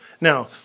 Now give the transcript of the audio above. Now